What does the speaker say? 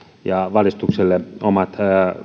ja valistukselle omat